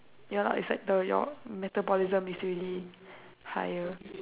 ya lah it's like the your metabolism is really higher